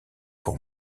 pour